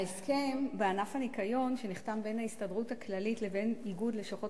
ההסכם בענף הניקיון שנחתם בין ההסתדרות הכללית לבין איגוד לשכות